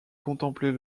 contempler